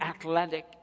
athletic